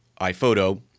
iPhoto